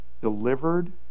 delivered